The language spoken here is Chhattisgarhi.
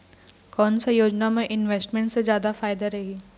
कोन सा योजना मे इन्वेस्टमेंट से जादा फायदा रही?